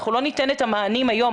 אנחנו לא ניתן את המענים היום,